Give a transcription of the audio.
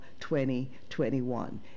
2021